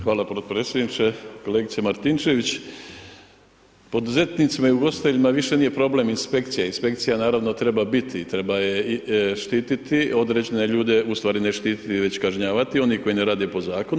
Hvala podpredsjedniče, kolegice Martinčević poduzetnicama i ugostiteljima više nije problem inspekcija, inspekcija naravno treba biti i treba je štititi određene ljude u stvari ne štiti već kažnjavati oni koji ne rade po zakonu.